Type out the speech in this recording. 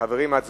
חברים, הצבעה.